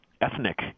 Ethnic